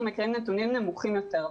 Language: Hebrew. אנחנו מכירים נתונים נמוכים יותר,